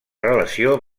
relació